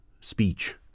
speech